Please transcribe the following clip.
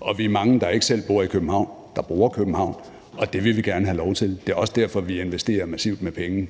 og vi er mange, der ikke selv bor i København, der bruger København, og det vil vi gerne have lov til. Det er også derfor, vi investerer massivt med penge